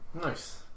Nice